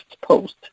Post